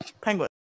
Penguin